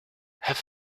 have